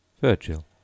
VIRGIL